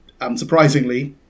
unsurprisingly